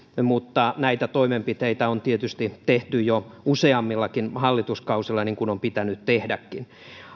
mutta näitä toimenpiteitä on tietysti tehty jo useammillakin hallituskausilla niin kuin on pitänyt tehdäkin